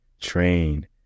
train